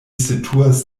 situas